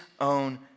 own